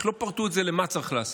רק לא פרטו את זה למה שצריך לעשות.